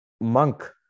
monk